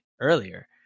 earlier